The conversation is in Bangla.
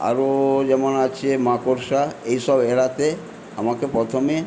আরও যেমন আছে মাকড়সা এসব এড়াতে আমাকে প্রথমে